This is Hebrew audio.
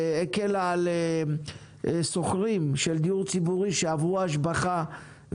שהקלה על שוכרים של דיור ציבורי שעברו השבחה,